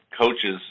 coaches